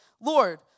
Lord